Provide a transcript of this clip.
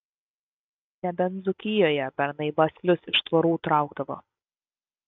nebent dzūkijoje bernai baslius iš tvorų traukdavo